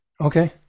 okay